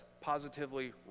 positively